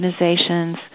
organizations